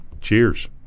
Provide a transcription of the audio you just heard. cheers